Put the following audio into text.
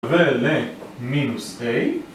ולמינוס A